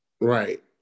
Right